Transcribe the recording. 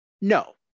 No